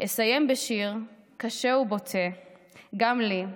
אסיים בשיר קשה ובוטה גם לי,